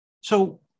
So-